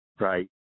right